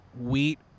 wheat